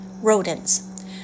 Rodents